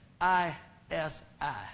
I-S-I